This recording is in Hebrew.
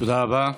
תודה רבה.